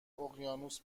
اقیانوس